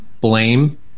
blame